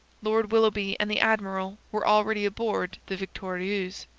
lord willoughby and the admiral were already aboard the victorieuse.